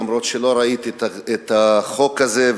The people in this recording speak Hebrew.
למרות שלא ראיתי את החוק הזה,